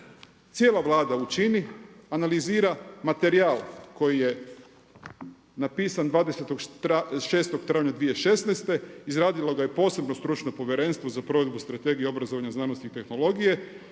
cijela Vlada učini analizira materijal koji je napisan 20.04.2016., izradilo ga je posebno stručno povjerenstvo za provedbu Strategije obrazovanja, znanosti i tehnologije